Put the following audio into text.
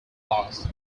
lost